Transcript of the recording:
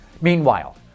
Meanwhile